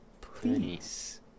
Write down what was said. Please